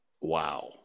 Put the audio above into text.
Wow